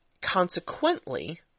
consequently